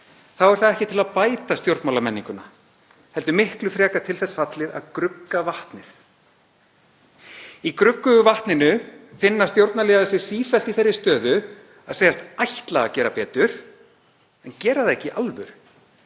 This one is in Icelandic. þá er það ekki til að bæta stjórnmálamenninguna heldur miklu frekar til þess fallið að grugga vatnið. Í gruggugu vatninu finna stjórnarliðar sig sífellt í þeirri stöðu að segjast ætla að gera betur en gera það ekki í alvöru.